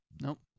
Nope